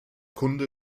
kunde